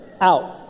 Out